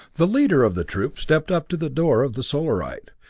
the leader of the troop stepped up to the door of the solarite,